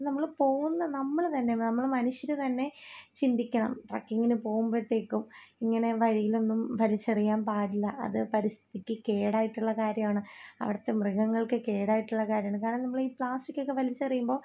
നമ്മള് പോകുന്ന നമ്മള് തന്നെ നമ്മള് മനുഷ്യര് തന്നെ ചിന്തിക്കണം ട്രക്കിങ്ങിന് പോകുമ്പോഴത്തേക്കും ഇങ്ങനെ വഴിയിലൊന്നും വലിച്ചെറിയാൻ പാടില്ല അത് പരിസ്ഥിതിക്ക് കേടായിട്ടുള്ള കാര്യമാണ് അവിടത്തെ മൃഗങ്ങൾക്ക് കേടായിട്ടുള്ള കാര്യമാണ് കാരണം നമ്മളീ പ്ലാസ്റ്റിക്കൊക്കെ വലിച്ചെറിയുമ്പോള്